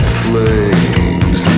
flames